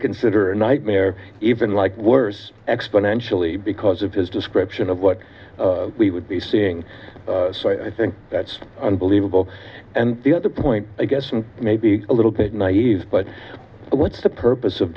consider a nightmare even like worse exponentially because of his description of what we would be seeing so i think that's unbelievable and the other point i guess and maybe a little bit naive but what's the purpose of